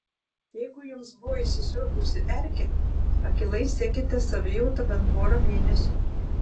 jeigu jums buvo įsisiurbusi erkė akylai sekite savijautą bent porą mėnesių